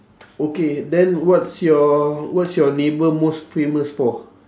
okay then what's your what's your neighbour most famous for